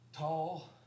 Tall